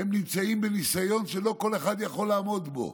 הם נמצאים בניסיון שלא כל אחד יכול לעמוד בו.